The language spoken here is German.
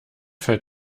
fällt